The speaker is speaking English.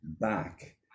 back